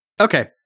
Okay